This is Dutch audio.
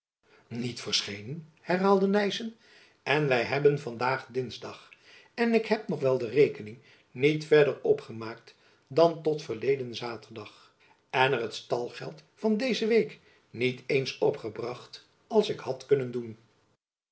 niet verschenen herhaalde nyssen en wy hebben van daag dingsdag en ik heb nog wel de rekening niet verder opgemaakt dan tot verleden saturdag en er het stalgeld van deze week niet eens opgebracht als ik had kunnen doen